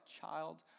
child